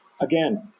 again